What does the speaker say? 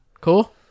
Cool